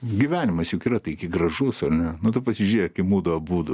gyvenimas juk yra taigi gražus ar ne nu tu pasižiūrėk į mudu abudu